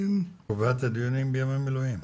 אתה קובע את הדיונים בימי מילואים.